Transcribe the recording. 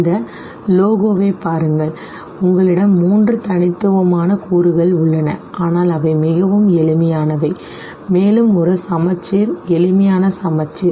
இந்த லோகோவைப் பாருங்கள் உங்களிடம் மூன்று தனித்துவமான கூறுகள் உள்ளன ஆனால் அவை மிகவும் எளிமையானவை சரி மேலும் ஒரு சமச்சீர் எளிமையான சமச்சீர் சரி